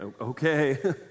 Okay